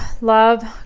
love